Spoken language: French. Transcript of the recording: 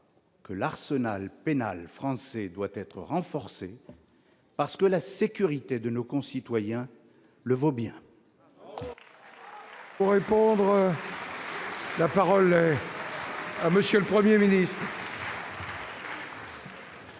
que l'arsenal pénal français doit être renforcé parce que la sécurité de nos concitoyens le vaut bien